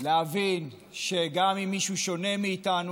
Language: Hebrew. להבין שגם אם מישהו שונה מאיתנו,